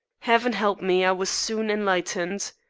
heaven help me, i was soon enlightened.